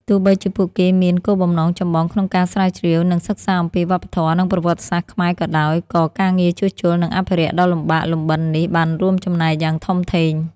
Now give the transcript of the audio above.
ទោះបីជាពួកគេមានគោលបំណងចម្បងក្នុងការស្រាវជ្រាវ និងសិក្សាអំពីវប្បធម៌ និងប្រវត្តិសាស្ត្រខ្មែរក៏ដោយ ក៏ការងារជួសជុល និងអភិរក្សដ៏លំបាកលំបិននេះបានរួមចំណែកយ៉ាងធំធេង។